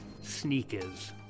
sneakers